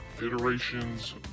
iterations